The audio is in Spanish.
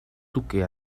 duque